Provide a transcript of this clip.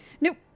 Nope